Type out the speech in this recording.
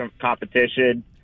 competition